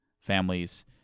families